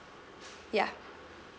yeah